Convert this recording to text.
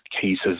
cases